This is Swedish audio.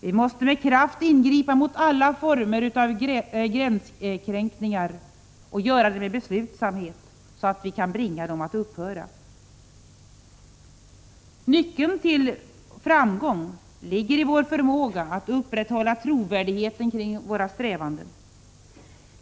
Vi måste ingripa mot alla former av gränskränkningar med kraft och beslutsamhet, så att vi kan bringa dem att upphöra. Nyckeln till framgång ligger i vår förmåga att upprätthålla trovärdigheten kring våra strävanden.